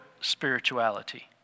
spirituality